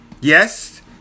Yes